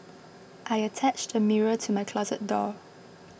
I attached a mirror to my closet door